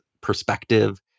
perspective